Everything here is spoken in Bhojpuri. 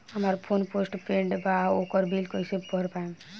हमार फोन पोस्ट पेंड़ बा ओकर बिल कईसे भर पाएम?